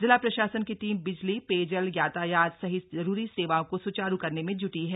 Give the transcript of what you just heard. जिला प्रशासन की टीम बिजली पेयजल यातायात सहित जरूरी सेवाओं को स्चारू करने में ज्टी है